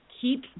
keep